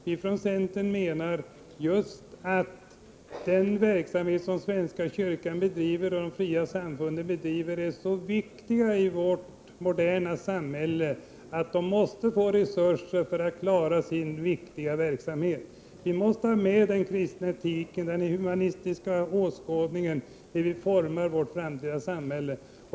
Vi från centern menar att just det arbete som svenska kyrkan och de fria samfunden bedriver är så viktigt i vårt moderna samhälle att man måste få resurser för att klara sin betydelsefulla verksamhet. Vi måste ha med den kristna etiken, den humanistiska åskådningen, när vi formar vårt framtida samhälle.